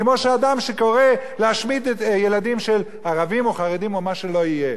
כמו אדם שקורא להשמיד ילדים של ערבים או חרדים או מה שלא יהיה.